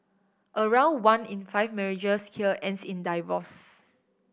around one in five marriages here ends in divorce